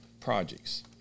projects